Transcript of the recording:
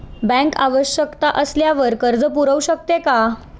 Bank आवश्यकता असल्यावर कर्ज पुरवू शकते का?